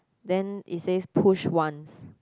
then it says push once